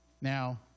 Now